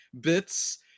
bits